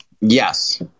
Yes